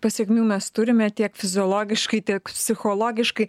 pasekmių mes turime tiek fiziologiškai tiek psichologiškai